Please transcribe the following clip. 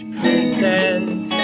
present